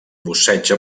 busseig